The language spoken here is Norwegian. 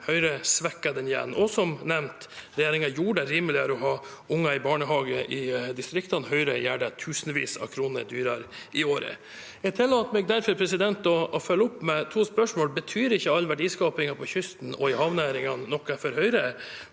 Høyre svekker den igjen. Og som nevnt: Regjeringen gjorde det rimeligere å ha unger i barnehage i distriktene. Høyre gjør det tusenvis av kroner dyrere i året. Jeg tillater meg derfor å følge opp med to spørsmål: Betyr ikke all verdiskapingen på kysten og i havnæringene noe for Høyre?